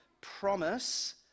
promise